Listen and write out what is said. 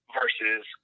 versus